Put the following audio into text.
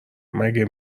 مگه